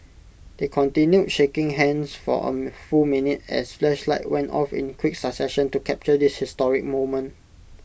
they continued shaking hands for A full minute as flashlights went off in quick succession to capture this historic moment